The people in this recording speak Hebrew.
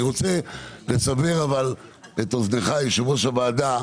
אני רוצה לסבר אבל את אוזניך, יושב ראש הוועדה.